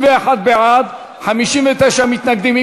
61 בעד, 59 מתנגדים.